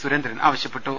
സുരേന്ദ്രൻ ആവശ്യപ്പെട്ടു